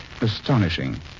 Astonishing